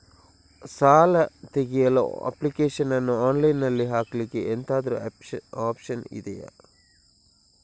ಸಾಲ ತೆಗಿಯಲು ಅಪ್ಲಿಕೇಶನ್ ಅನ್ನು ಆನ್ಲೈನ್ ಅಲ್ಲಿ ಹಾಕ್ಲಿಕ್ಕೆ ಎಂತಾದ್ರೂ ಒಪ್ಶನ್ ಇದ್ಯಾ?